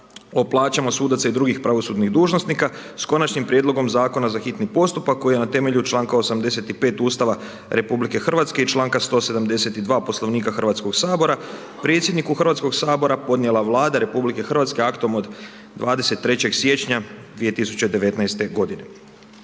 plaćama sudaca i drugih pravosudnih dužnosnika, s konačnim prijedlogom Zakona za hitni postupak, koji je na temelju čl. 85. Ustava RH i članka 172. Poslovnika Hrvatskog sabora, predsjedniku Hrvatskog sabora podnijela Vlada RH, aktom od 23. siječnja 2019. g.